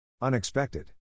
Unexpected